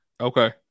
Okay